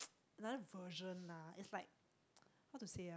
another version lah it's like how to say ah